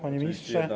Panie Ministrze!